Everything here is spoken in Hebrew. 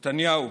נתניהו,